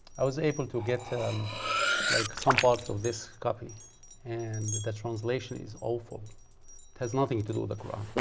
i was able to get um like some parts of this copy and the translation is awful. it has nothing to do with the qur'an.